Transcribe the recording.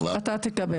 אתה תקבל.